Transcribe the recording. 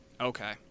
Okay